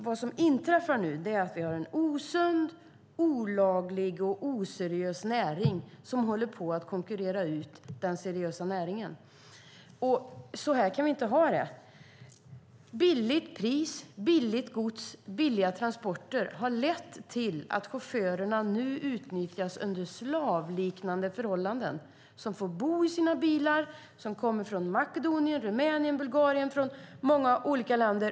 Vad som nu inträffar är att vi har en osund, olaglig och oseriös näring som håller på att konkurrera ut den seriösa näringen. Så här kan vi inte ha det! Lågt pris, billigt gods och billiga transporter har lett till att chaufförerna utnyttjas under slavliknande förhållanden. De får bo i sina bilar som kommer från Makedonien, Rumänien, Bulgarien och många andra länder.